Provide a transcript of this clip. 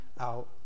out